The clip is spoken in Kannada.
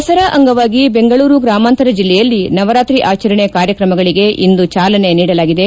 ದಸರಾ ಅಂಗವಾಗಿ ಬೆಂಗಳೂರು ಗ್ರಾಮಾಂತರ ಜಿಲ್ಲೆಯಲ್ಲಿ ನವರಾತ್ರಿ ಆಚರಣೆ ಕಾರ್ಕ್ರಮಗಳಿಗೆ ಇಂದು ಚಾಲನೆ ನೀಡಲಾಗಿದೆ